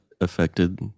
affected